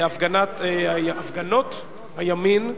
הפגנות הימין,